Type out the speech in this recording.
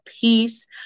peace